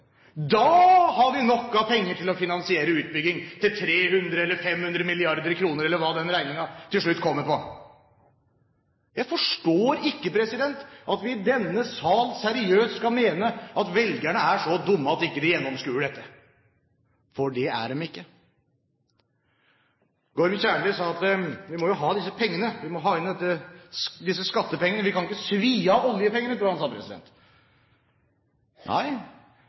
Da har vi nok av penger til å finansiere utbygging til 300 eller 500 mrd. kr, eller hva den regningen til slutt kommer på. Jeg forstår ikke at vi i denne sal seriøst skal mene at velgerne er så dumme at de ikke gjennomskuer dette, for det er de ikke. Gorm Kjernli sa at vi må jo ha disse pengene, vi må ha inn disse skattepengene. Vi kan ikke svi av oljepengene, tror jeg han sa. Nei,